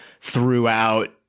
throughout